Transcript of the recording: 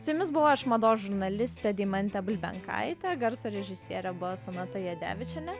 su jumis buvau aš mados žurnalistė deimantė bulbenkaitė garso režisierė buvo sonata jadevičienė